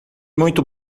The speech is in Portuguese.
muito